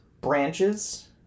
Branches